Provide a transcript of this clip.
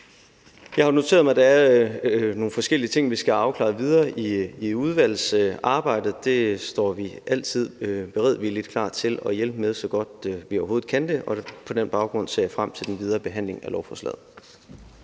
Jeg har noteret mig, at der er nogle forskellige ting, vi skal have afklaret videre i udvalgsarbejdet, og det står vi altid beredvilligt klar til at hjælpe med så godt, vi overhovedet kan, og på den baggrund ser jeg frem til den videre behandling af lovforslaget.